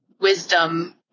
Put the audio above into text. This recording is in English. wisdom